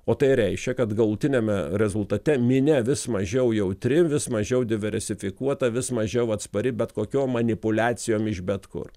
o tai reiškia kad galutiniame rezultate minia vis mažiau jautri vis mažiau diversifikuota vis mažiau atspari bet kokiom manipuliacijom iš bet kur